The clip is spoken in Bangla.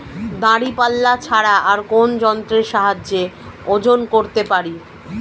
দাঁড়িপাল্লা ছাড়া আর কোন যন্ত্রের সাহায্যে ওজন করতে পারি?